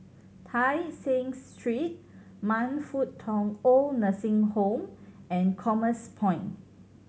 Tai Seng Street Man Fut Tong OId Nursing Home and Commerce Point